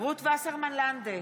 רות וסרמן לנדה,